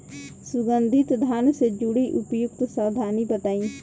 सुगंधित धान से जुड़ी उपयुक्त सावधानी बताई?